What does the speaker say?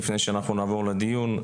לפני שאנחנו נעבור לדיון.